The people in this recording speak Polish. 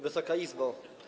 Wysoka Izbo!